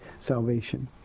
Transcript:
salvation